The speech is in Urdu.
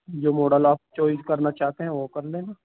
جو ماڈل آپ چوائز کرنا چاہتے ہیں وہ کر لینا